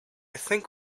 think